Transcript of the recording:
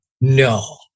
no